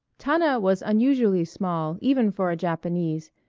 tana was unusually small even for a japanese,